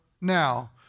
Now